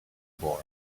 boy